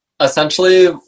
Essentially